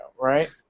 right